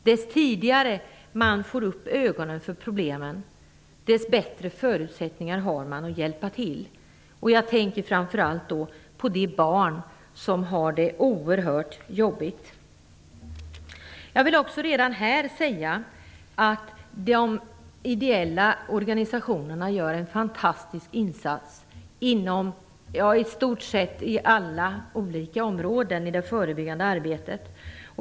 Ju tidigare man får upp ögonen för problemen desto bättre förutsättningar har man att hjälpa till. Då tänker jag framför allt på de barn som har det oerhört jobbigt. Jag vill också redan här säga att de ideella organisationerna gör en fantastisk insats inom i stort sett alla områden när det gäller det förebyggande arbetet.